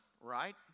right